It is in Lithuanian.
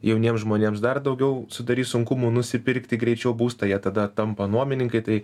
jauniems žmonėms dar daugiau sudarys sunkumų nusipirkti greičiau būstą jie tada tampa nuomininkai tai